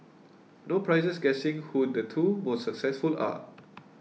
no prizes guessing who the two most successful are